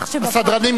הסדרנים,